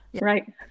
Right